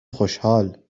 خوشحال